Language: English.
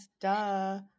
duh